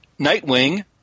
Nightwing